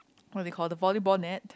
what they call the volleyball net